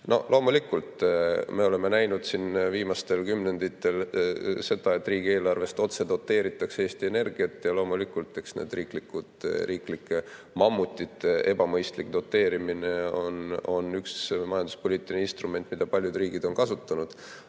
Loomulikult, me oleme näinud siin viimastel kümnenditel seda, et riigieelarvest otse doteeritakse Eesti Energiat, ja eks nende riiklike mammutite ebamõistlik doteerimine on üks majanduspoliitiline instrument, mida paljud riigid on kasutanud,